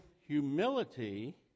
humility